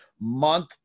month